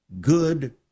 Good